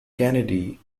kennedy